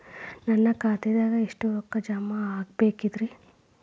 ನನ್ನ ಖಾತೆದಾಗ ಎಷ್ಟ ರೊಕ್ಕಾ ಜಮಾ ಆಗೇದ್ರಿ?